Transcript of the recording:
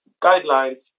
guidelines